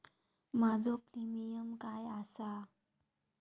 माझो प्रीमियम काय आसा?